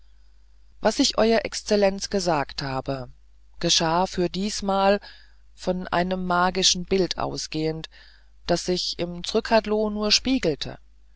was ich euer exzellenz gesagt habe geschah für diesmal von einem magischen bild ausgehend das sich im zrcadlo nur spiegelte